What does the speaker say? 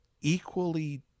equally